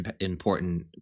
important